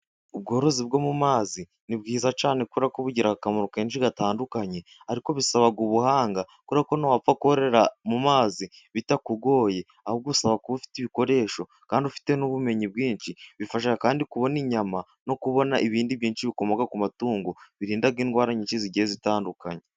Ubworozi bwo mu mazi ni bwiza cyane kuko bugira akamaro kenshi gatandukanye. Ariko bisaba ubuhanga kuko ntiwapfa kororera mu mazi bitakugoye, ahubwo bisaba kuba ufite ibikoresho kandi ufite n'ubumenyi bwinsh,i bifasha kandi kubona inyama no kubona ibindi byinshi bikomoka ku matungo birinda indwara nyinshi zigiye zitandukanye.